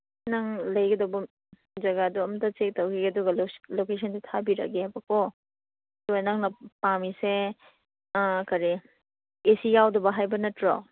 ꯅꯪ ꯂꯩꯒꯗꯧꯕ ꯖꯒꯥꯗꯣ ꯑꯝꯇ ꯆꯦꯛ ꯇꯧꯈꯤꯒꯦ ꯑꯗꯨꯒ ꯂꯣꯀꯦꯁꯟꯗꯨ ꯊꯥꯕꯤꯔꯛꯂꯒꯦ ꯍꯥꯏꯕꯀꯣ ꯑꯗꯨꯒ ꯅꯪꯅ ꯄꯥꯝꯃꯤꯁꯦ ꯑꯥ ꯀꯔꯤ ꯑꯦ ꯁꯤ ꯌꯥꯎꯗꯕ ꯍꯥꯏꯕ ꯅꯠꯇꯔꯣ